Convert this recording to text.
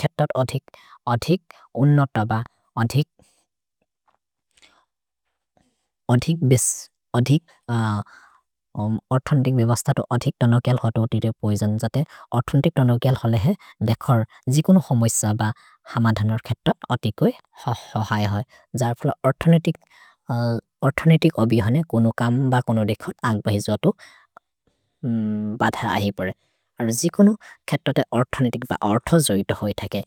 खेतत् अतिक् उनत ब औथेन्तिच् भिबस्ततु अतिक् तनक्यल् होतु अतिरे पैजन् जते औथेन्तिच् तनक्यल् हलहे देखर् जिकुनो होमोइस ब हमधनर् खेतत् अतिक् होइ हहि है। जर फोल औथेन्तिच् अभि हने कोनो कम् ब कोनो देख आन्क् बहि जोतो बध आहि परे। और् जिकुनो खेतत् औथेन्तिच् ब ओर्थो जोइ तो होइ थगे।